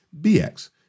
BX